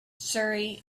surrey